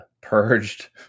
purged